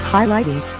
Highlighting